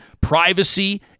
privacy